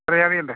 എത്ര ജാതി ഉണ്ട്